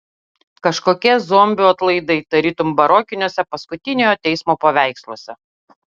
kažkokie zombių atlaidai tarytum barokiniuose paskutiniojo teismo paveiksluose